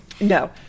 No